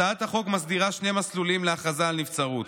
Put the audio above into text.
הצעת החוק מסדירה שני מסלולים להכרזה על נבצרות: